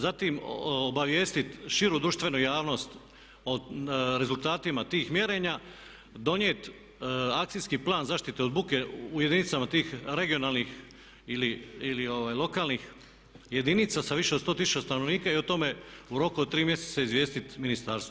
Zatim obavijestiti širu društvenu javnost o rezultatima tih mjerenja, donijeti akcijski plan zaštite od buke u jedinicama tih regionalnih ili lokalnih jedinca sa više od 100 tisuća stanovnika i o tome u roku od 3 mjeseca izvijestiti ministarstvo.